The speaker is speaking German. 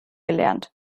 gelernt